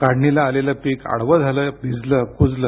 काढणीला आलेलं पिक आडवं झालं भिजलं कुजलं